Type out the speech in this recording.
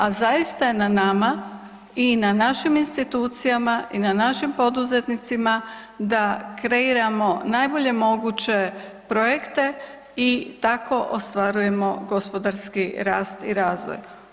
A zaista je na nama i na našim institucijama i na našim poduzetnicima da kreiramo najbolje moguće projekte i tako ostvarujemo gospodarski rast i razvoj.